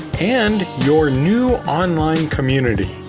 and your new online community.